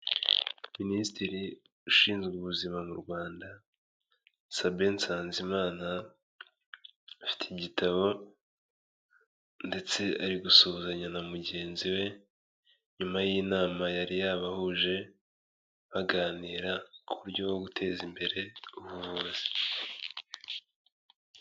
Minisitiri ushinzwe ubuzima mu Rwanda Sabin NSANZIMANA, afite igitabo ndetse ari gusuhuzanya na mugenzi we nyuma y'inama yari yabahuje, baganira ku buryo bwo guteza imbere ubuvuzi.